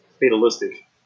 fatalistic